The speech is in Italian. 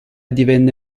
divenne